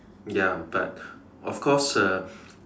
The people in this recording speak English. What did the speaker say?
ya but of course uh